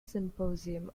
symposium